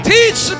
Teach